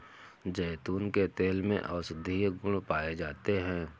जैतून के तेल में औषधीय गुण पाए जाते हैं